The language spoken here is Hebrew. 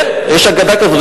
כן, יש אגדה כזאת.